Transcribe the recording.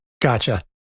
Gotcha